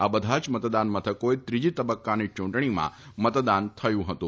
આ બધા જ મતદાન મથકોએ ત્રીજા તબક્કાની ચૂંટણીમાં મતદાન થયું હતું